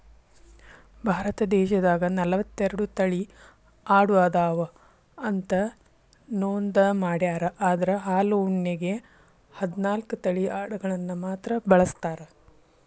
ಭಾರತ ದೇಶದಾಗ ನಲವತ್ತೆರಡು ತಳಿ ಆಡು ಅದಾವ ಅಂತ ನೋಂದ ಮಾಡ್ಯಾರ ಅದ್ರ ಹಾಲು ಉಣ್ಣೆಗೆ ಹದ್ನಾಲ್ಕ್ ತಳಿ ಅಡಗಳನ್ನ ಮಾತ್ರ ಬಳಸ್ತಾರ